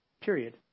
period